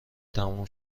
تموم